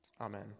Amen